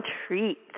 treat